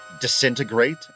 disintegrate